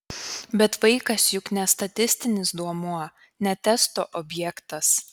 bet vaikas juk ne statistinis duomuo ne testo objektas